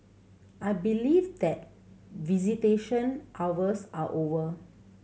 I believe that visitation hours are over